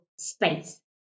space